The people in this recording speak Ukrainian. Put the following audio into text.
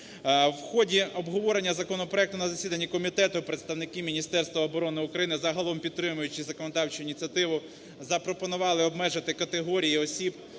У ході обговорення законопроекту на засіданні комітету представники Міністерства оборони України, загалом підтримуючу законодавчу ініціативу, запропонували обмежити категорії осіб,